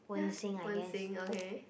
ya Wen-Xin okay